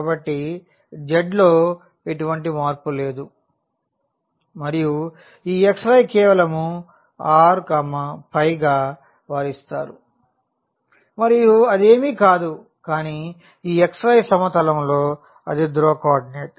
కాబట్టి z లో ఎటువంటి మార్పు లేదు మరియు ఈ xy కేవలం r ϕ గా వారు ఇస్తారు మరియు అది ఏమీ కాదు కానీ ఈ xy సమతలంలో అది ధ్రువ కోఆర్డినేట్